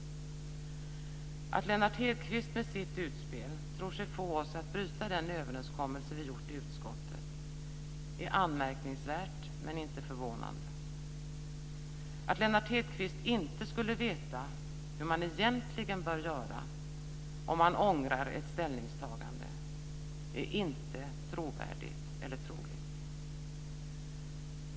Att Lennart Hedquist med sitt utspel tror sig få oss att bryta den överenskommelse vi gjort i utskottet är anmärkningsvärt men inte förvånande. Att Lennart Hedquist inte skulle veta hur man egentligen bör göra om man ångrar ett ställningstagande är inte trovärdigt eller troligt.